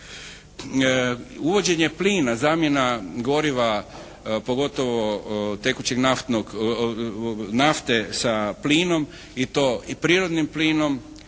Uvođenje plina, zamjena goriva pogotovo tekućeg, naftnog, nafte sa plinom i to, i prirodnim plinom